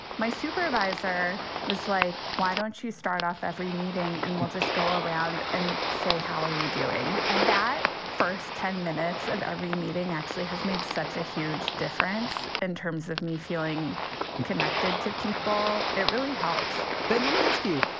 my supervisor was like, why don't you start off every meeting? and we'll just go around and say, how are you doing? and that first ten minutes of every meeting actually has made such a huge difference in terms of me feeling connected to people. it really helps ben, let me ask you.